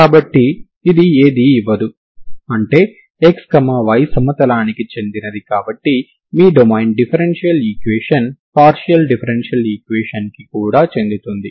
కాబట్టి ఇది ఏదీ ఇవ్వదు అంటే xy సమతలానికి చెందినది కాబట్టి మీ domain differential equation partial differential equation కి కూడా చెందుతుంది